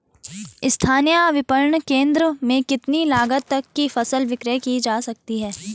स्थानीय विपणन केंद्र में कितनी लागत तक कि फसल विक्रय जा सकती है?